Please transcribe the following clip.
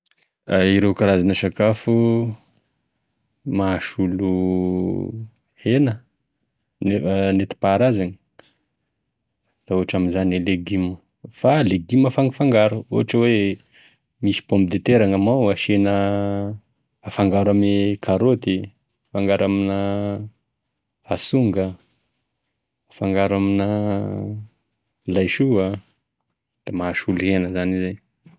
Ireo karazan'e sakafo mahasolo hena nef- netim-paharazany da ohatra amizany gne legimo, fa legimo hafangafangaro, ohatra hoe misy pomme de terre a gn'amignao, asia na hafangaro ame karaoty, hafangaro amina atsonga, na hafangaro amina laisoa, da mahasolo hena zany izay.